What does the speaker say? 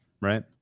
right